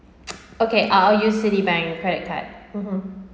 okay I I'll use Citibank credit card (uh huh)